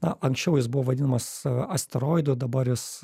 na anksčiau jis buvo vadinamas asteroidu dabar jis